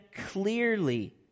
clearly